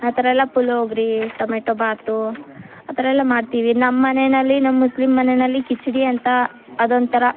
ಆ ಥರಯೆಲ್ಲ ಪುಳ್ಯೋಗ್ರೆ ಟೊಮೆಟೋಬಾತು ಆ ಥರಯೆಲ್ಲ ಮಾಡ್ತೀವಿ ನಮ್ಮನೆಯಲ್ಲಿ ನಮ್ಮ ಮುಸ್ಲಿಮ್ ಮನೆಯಲ್ಲಿ ಕಿಚಡಿ ಅಂತ ಅದೊಂಥರ